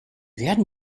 werden